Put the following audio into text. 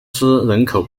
斯人口